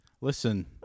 Listen